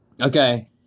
okay